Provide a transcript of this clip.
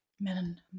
Men